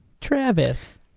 Travis